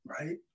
right